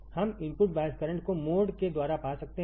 हम input bias current को mode के द्वारा पा सकते हैं